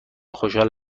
خوشحال